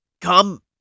come